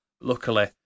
luckily